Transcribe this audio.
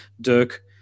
Dirk